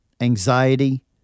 anxiety